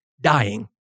dying